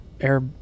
air